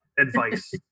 advice